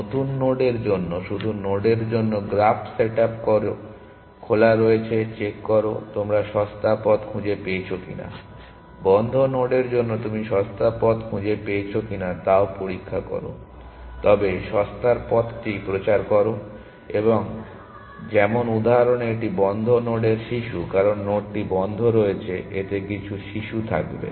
নতুন নোডের জন্য শুধু নোডের জন্য গ্রাফ সেট আপ করো খোলা হয়েছে চেক করো তোমরা সস্তা পথ খুঁজে পেয়েছ কিনা বন্ধ নোডের জন্য তুমি সস্তা পথ খুঁজে পেয়েছ কিনা তাও পরীক্ষা করো তবে সস্তার পথটি প্রচার করো যেমন উদাহরণে এটি বন্ধ নোডের শিশু কারণ নোডটি বন্ধ রয়েছে এতে কিছু শিশু থাকবে